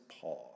paw